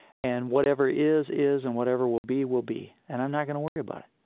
and whatever is is. and whatever will be will be. and i'm not going to worry about it,